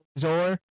Zor